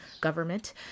government